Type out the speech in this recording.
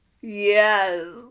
Yes